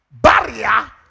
barrier